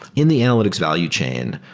in the analytics value chain,